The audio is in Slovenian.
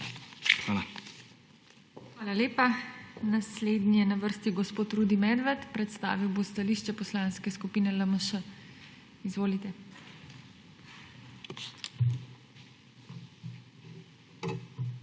HEFERLE: Hvala lepa. Naslednji je na vrsti gospod Rudi Medved, predstavil bo stališče Poslanske skupine LMŠ. Izvolite. RUDI